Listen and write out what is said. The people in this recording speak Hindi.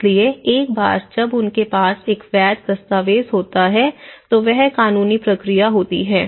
इसलिए एक बार जब उनके पास एक वैध दस्तावेज होता है तो वह कानूनी प्रक्रिया होती है